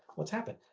what's happened?